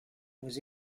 was